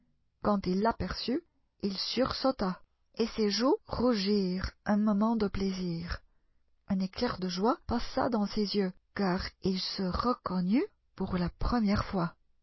quand il l'aperçut il sursauta et ses joues rougirent un moment déplaisir un éclair de joie passa dans ses yeux car il se reconnut pour la première fois